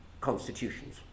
constitutions